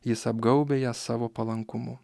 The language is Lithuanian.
jis apgaubia ją savo palankumu